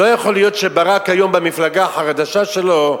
לא יכול להיות שברק היום, במפלגה החדשה שלו,